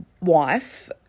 wife